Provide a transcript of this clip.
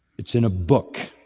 it's in a book.